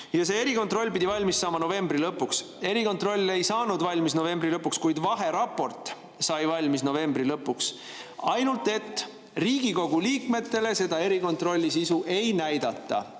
See erikontroll pidi valmis saama novembri lõpuks. Erikontroll ei saanud valmis novembri lõpuks, kuid vaheraport sai valmis novembri lõpuks, ainult et Riigikogu liikmetele selle erikontrolli [vaheraporti]